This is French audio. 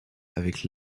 avec